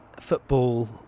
Football